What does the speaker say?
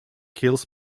kills